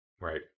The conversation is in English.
Right